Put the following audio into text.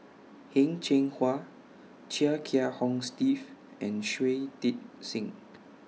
Heng Cheng Hwa Chia Kiah Hong Steve and Shui Tit Sing